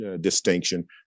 distinction